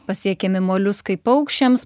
pasiekiami moliuskai paukščiams